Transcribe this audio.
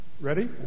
Ready